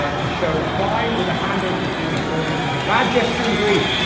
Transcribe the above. ah to show five with a hand open towards your audience is a bad gesture in greece.